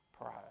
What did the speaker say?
Pride